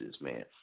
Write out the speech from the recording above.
man